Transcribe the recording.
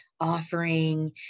offering